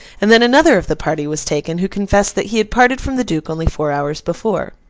and then another of the party was taken, who confessed that he had parted from the duke only four hours before.